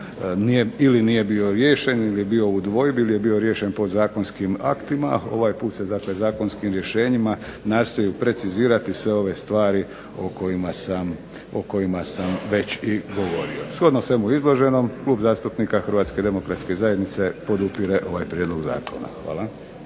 ili nije bio riješen ili je bio u dvojbi ili je bio riješen podzakonskim aktima, a ovaj put se dakle zakonskim rješenjima nastoji precizirati sve ove stvari o kojima sam već i govorio. Shodno svemu izloženom Klub zastupnika HDZ-a podupire ovaj prijedlog zakona. Hvala.